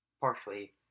partially